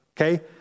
Okay